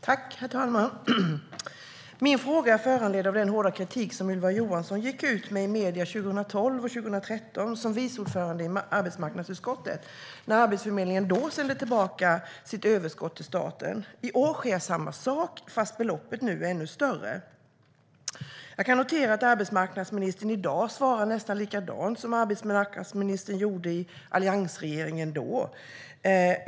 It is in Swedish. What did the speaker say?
Herr talman! Min fråga är föranledd av den hårda kritik som Ylva Johansson gick ut med i medierna 2012 och 2013 som vice ordförande i arbetsmarknadsutskottet när Arbetsförmedlingen då sände tillbaka sitt överskott till staten. I år sker samma sak, fast beloppet nu är ännu större. Jag kan notera att arbetsmarknadsministern i dag svarar nästan likadant som arbetsmarknadsministern i alliansregeringen då gjorde.